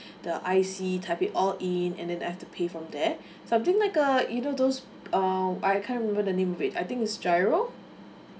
the I_C typing all in and then I have to pay from there something like err you know those um I can't remember the name wait I think it's GIRO